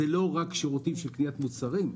זה לא רק שירותים של קניית מוצרים.